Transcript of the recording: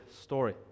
story